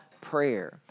prayer